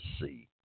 see